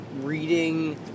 reading